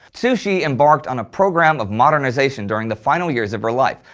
cixi embarked on a programme of modernisation during the final years of her life,